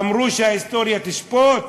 אמרו שההיסטוריה תשפוט?